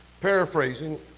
Paraphrasing